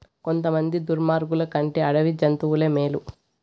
కొంతమంది దుర్మార్గులు కంటే అడవి జంతువులే మేలు